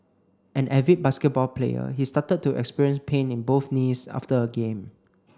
an avid basketball player he started to experience pain in both knees after a game